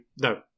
no